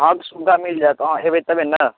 हँ सुविधा मिल जायत अहाँ एबै तबे ने